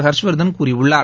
ஹர்ஷ்வர்தன் கூறியுள்ளார்